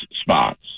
spots